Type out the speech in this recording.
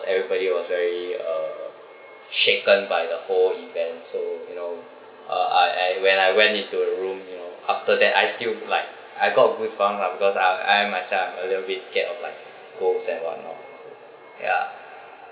everybody was very uh shaken by the whole event so you know uh I I when I went into the room you know after that I feels like I got a goosebumps lah because I'm I myself a little bit scared of like ghost and what not ya